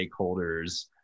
stakeholders